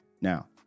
now